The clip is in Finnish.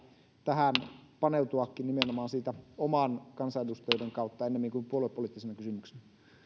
tähän paneutuakin nimenomaan sen oman kansanedustajuuden kautta ennemmin kuin puoluepoliittisena kysymyksenä